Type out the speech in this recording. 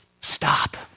Stop